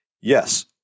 Yes